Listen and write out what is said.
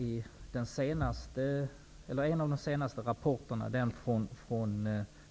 I en av de senaste rapporterna, den